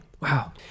Wow